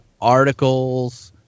articles